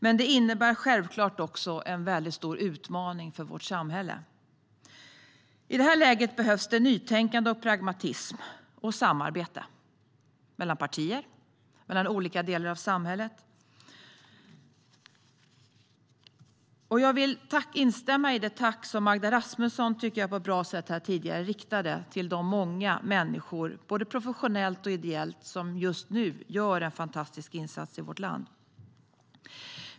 Men det innebär självklart också en väldigt stor utmaning för vårt samhälle. I det här läget behövs det nytänkande, pragmatism och samarbete mellan partierna och mellan olika delar av samhället. Jag vill instämma i det tack som Magda Rasmusson på ett bra sätt riktade till de många människor som just nu både professionellt och ideellt gör en fantastisk insats i vårt land.